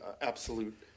absolute